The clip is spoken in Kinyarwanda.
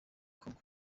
kongo